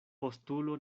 postulo